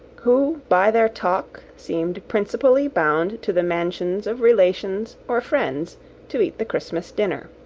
who, by their talk, seemed principally bound to the mansions of relations or friends to eat the christmas dinner.